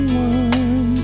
one